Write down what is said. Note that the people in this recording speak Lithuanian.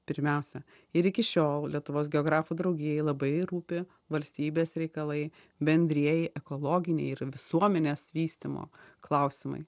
pirmiausia ir iki šiol lietuvos geografų draugijai labai rūpi valstybės reikalai bendrieji ekologiniai ir visuomenės vystymo klausimai